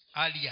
earlier